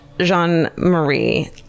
jean-marie